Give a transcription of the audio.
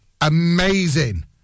Amazing